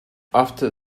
after